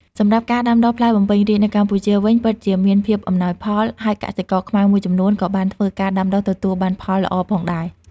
សម្រាប់ការដាំដុះផ្លែបំពេញរាជនៅកម្ពុជាវិញ ពិតជាមានភាពអំណោយផល ហើយកសិករខ្មែរមួយចំនួនក៏បានធ្វើការដាំដុះទទួលបានផលល្អផងដែរ។